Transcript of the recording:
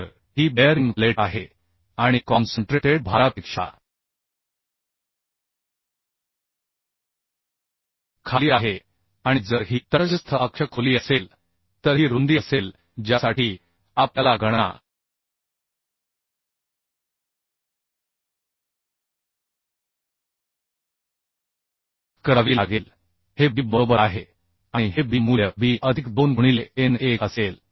तर ही bearing plate आहे आणि कॉन्सन्ट्रेटेड भारापेक्षा खाली आहे आणि जर ही तटस्थ अक्ष खोली असेल तर ही रुंदी असेल ज्यासाठी आपल्याला गणना करावी लागेल हे B बरोबर आहे आणि हे B मूल्य B अधिक 2 गुणिले n1 असेल